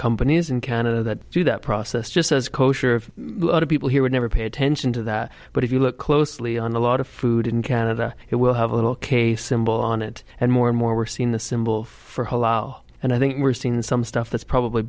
companies in canada that do that process just as kosher of people here would never pay attention to that but if you look closely on a lot of food in canada it will have a little case symbol on it and more and more we're seeing the symbol for whole hour and i think we're seeing some stuff that's probably